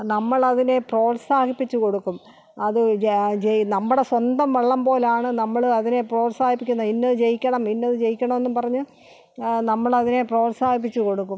നമ്മൾ അതിനെ പ്രോത്സാഹിപ്പിച്ച് കൊടുക്കും അത് ജ ജയ് നമ്മുടെ സ്വന്തം വള്ളം പോലെയാണ് നമ്മൾ അതിനെ പ്രോത്സാഹിപ്പിക്കുന്നത് ഇന്നത് ജയിക്കണം ഇന്നത് ജയിക്കണം എന്നും പറഞ്ഞ് നമ്മൾ അതിനെ പ്രോത്സാഹിപ്പിച്ച് കൊടുക്കും